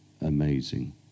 amazing